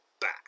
back